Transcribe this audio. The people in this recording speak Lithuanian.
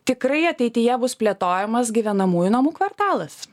tikrai ateityje bus plėtojamas gyvenamųjų namų kvartalas